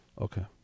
Okay